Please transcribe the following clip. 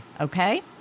okay